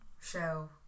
show